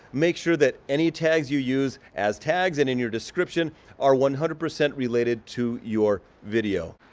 make sure that any tags you use as tags and in your description are one hundred percent related to your video.